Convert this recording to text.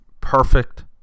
Perfect